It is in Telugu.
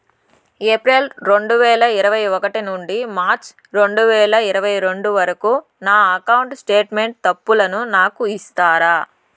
ఏప్రిల్ రెండు వేల ఇరవై ఒకటి నుండి మార్చ్ రెండు వేల ఇరవై రెండు వరకు నా అకౌంట్ స్టేట్మెంట్ తప్పులను నాకు ఇస్తారా?